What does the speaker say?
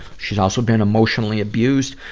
she also been emotionally abused.